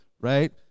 right